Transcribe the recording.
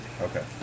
Okay